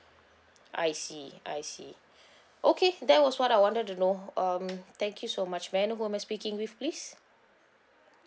I see I see okay that was what I wanted to know um thank you so much may I know who am I speaking with please